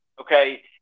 okay